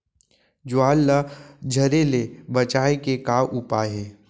ज्वार ला झरे ले बचाए के का उपाय हे?